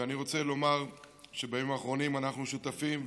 ואני רוצה לומר שבימים האחרונים אנחנו שותפים,